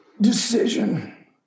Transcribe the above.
decision